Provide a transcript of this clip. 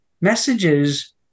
messages